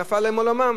נפל עליהם עולמם,